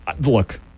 Look